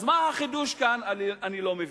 אז מה החידוש כאן, אני לא מבין.